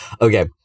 okay